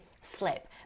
slip